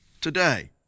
today